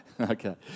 okay